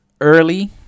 early